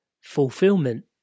Fulfillment